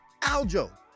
Aljo